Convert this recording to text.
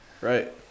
Right